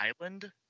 island